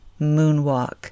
Moonwalk